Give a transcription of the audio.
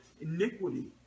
iniquity